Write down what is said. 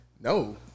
no